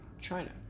China